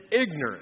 ignorant